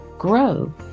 grow